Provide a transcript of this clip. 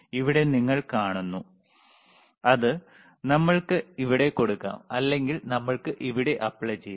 ഇവിടെ നിങ്ങൾ കാണുന്നു അത് നമ്മൾക്ക് ഇവിടെ കൊടുക്കാം അല്ലെങ്കിൽ നമ്മൾക്ക് ഇവിടെ apply ചെയ്യാം